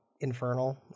infernal